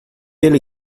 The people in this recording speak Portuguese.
ele